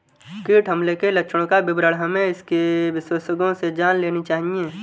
कीट हमले के लक्षणों का विवरण हमें इसके विशेषज्ञों से जान लेनी चाहिए